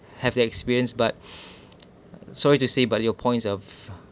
have the experienced but sorry to say but your points of